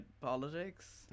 politics